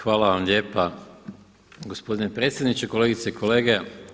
Hvala vam lijepa gospodine predsjedniče, kolegice i kolege.